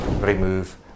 remove